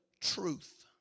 truth